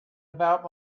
about